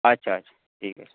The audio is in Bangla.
আচ্ছা আচ্ছা ঠিক আছে